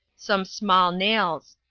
some small nales.